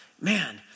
Man